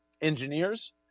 engineers